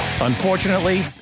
Unfortunately